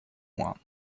one